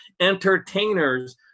Entertainers